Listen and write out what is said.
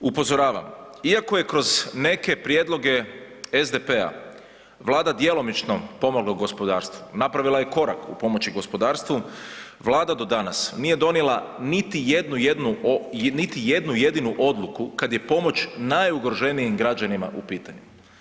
Upozoravam iako je kroz neke prijedloge SDP-a Vlada djelomično pomoglo gospodarstvu, napravila je korak u pomoći gospodarstvu, Vlada do danas nije donijela niti jednu jedinu odluku, kad je pomoć najugroženijim građanima u pitanju.